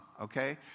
okay